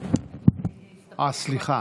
סליחה,